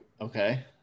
okay